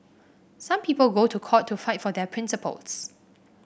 some people go to court to fight for their principles